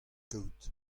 kaout